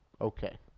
Okay